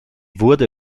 wurde